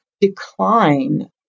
decline